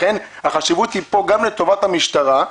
לכן יש פה חשיבות גם לטובת המשטרה.